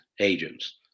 agents